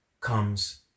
comes